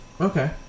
Okay